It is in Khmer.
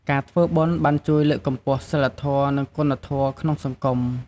ការធ្វើបុណ្យបានជួយលើកកម្ពស់សីលធម៌ និងគុណធម៌ក្នុងសង្គម។